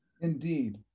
Indeed